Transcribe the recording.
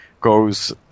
goes